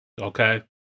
Okay